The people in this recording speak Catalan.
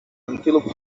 antílop